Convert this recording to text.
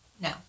No